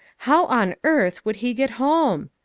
how on earth would he get home?